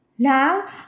Now